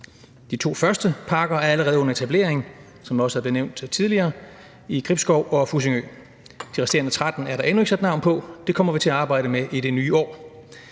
De to første parker er allerede under etablering, som det også blev nævnt tidligere, i Gribskov og Fussingø. De resterende 13 er der endnu ikke sat navn på, det kommer vi til at arbejde med i det nye år.